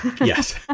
Yes